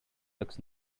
looks